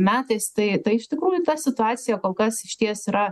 metais tai tai iš tikrųjų ta situacija kol kas išties yra